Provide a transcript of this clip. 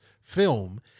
film